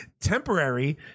Temporary